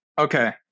Okay